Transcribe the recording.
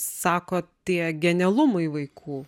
sako tie genialumai vaikų